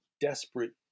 desperate